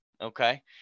Okay